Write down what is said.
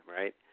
right